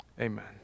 amen